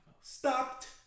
Stopped